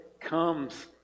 comes